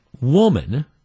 woman